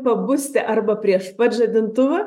pabusti arba prieš pat žadintuvą